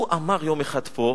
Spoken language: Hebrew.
הוא אמר יום אחד פה,